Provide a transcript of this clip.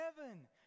heaven